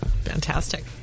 Fantastic